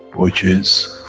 which is,